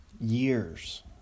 years